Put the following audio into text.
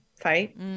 fight